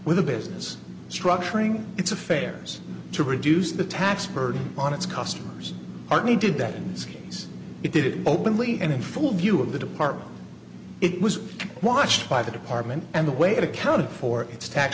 with a business structuring its affairs to reduce the tax burden on its customers are needed that in this case it did it openly and in full view of the department it was watched by the department and the way it accounted for its tax